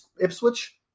Ipswich